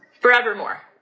forevermore